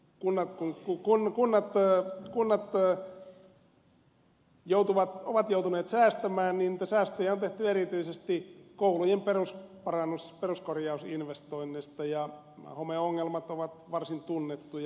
kolmanneksi kun kunnat ovat joutuneet säästämään niin säästöjä on tehty erityisesti koulujen peruskorjausinvestoinneista ja homeongelmat ovat varsin tunnettuja